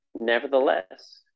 Nevertheless